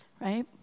right